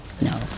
No